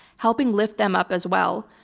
helping lift them up as well,